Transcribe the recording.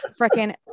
freaking